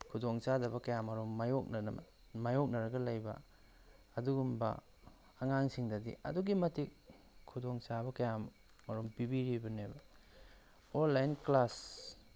ꯈꯨꯗꯣꯡ ꯆꯥꯗꯕ ꯀꯌꯥ ꯃꯔꯨꯝ ꯃꯥꯏꯌꯣꯛꯅꯔꯒ ꯂꯩꯕ ꯑꯗꯨꯒꯨꯝꯕ ꯑꯉꯥꯡꯁꯤꯡꯗꯗꯤ ꯑꯗꯨꯛꯀꯤ ꯃꯇꯤꯛ ꯈꯨꯗꯣꯡ ꯆꯥꯕ ꯀꯌꯥ ꯃꯔꯨꯝ ꯄꯤꯕꯤꯔꯤꯕꯅꯦꯕ ꯑꯣꯟꯂꯥꯏꯟ ꯀ꯭ꯂꯥꯁ